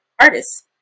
artists